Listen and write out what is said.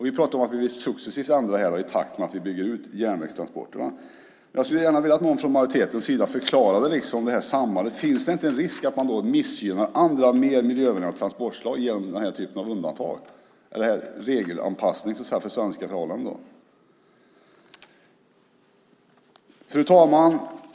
Vi vill successivt ändra det här i takt med att vi bygger ut järnvägstransporterna. Jag skulle gärna vilja att någon från majoritetens sida förklarade sambandet. Finns det inte en risk att man missgynnar andra och miljövänligare transportslag genom den här typen av undantag, den här regelanpassningen till svenska förhållanden? Fru talman!